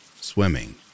swimming